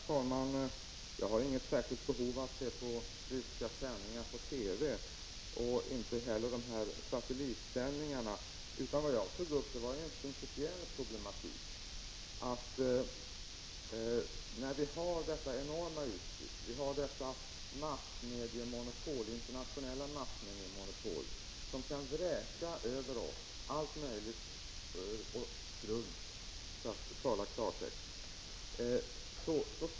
Herr talman! Jag har inget särskilt behov av att se ryska sändningar på TV, inte heller av att se på satellitutsändningarna, utan vad jag tog upp var en principiell problematik. Det förekommer ett enormt utbud, präglat av ett internationellt massmediemonopol, där man kan vräka över oss allt möjligt strunt, för att tala i klartext.